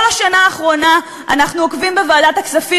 כל השנה האחרונה אנחנו עוקבים בוועדת הכספים